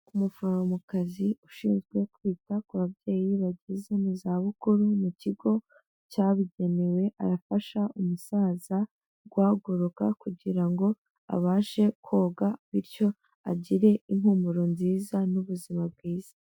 Umuforomokazi ushinzwe kwita ku babyeyi bageze mu za bukuru mu kigo cyabigenewe arafasha umusaza guhaguruka kugira ngo abashe koga bityo agire impumuro nziza n'ubuzima bwiza.